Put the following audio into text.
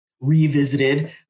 revisited